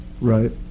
Right